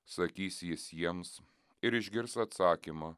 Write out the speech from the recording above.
sakys jis jiems ir išgirs atsakymą